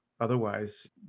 otherwise